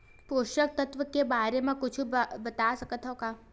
पोषक तत्व के बारे मा कुछु बता सकत हवय?